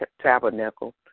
tabernacle